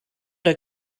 der